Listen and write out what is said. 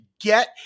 Get